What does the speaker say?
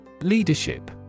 Leadership